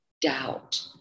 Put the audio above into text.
doubt